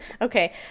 Okay